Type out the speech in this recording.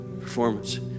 performance